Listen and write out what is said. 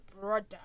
brother